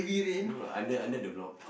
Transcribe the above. no no under under the block